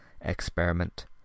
experiment